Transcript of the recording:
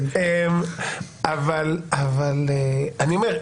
אבל אני אומר,